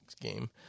game